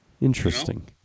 Interesting